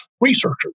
researchers